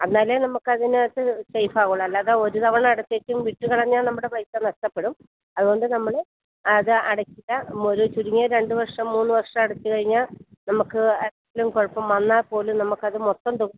എന്നാലേ നമ്മുക്കതിനകത്ത് സേഫാവുകയുള്ളൂ അല്ലാതെ ഒരു തവണ അടച്ചേച്ചും വിട്ടു കളഞ്ഞാൽ നമ്മുടെ പൈസ നഷ്ടപ്പെടും അതു കൊണ്ട് നമ്മൾ അത് അടക്കാം ചുരുങ്ങിയത് രണ്ട് വർഷം മൂന്ന് വർഷം അടച്ചു കഴിഞ്ഞാൽ നമുക്ക് ആർക്കെങ്കിലും കുഴപ്പം വന്നാൽ പോലും നമുക്കത് മൊത്തം തുകയും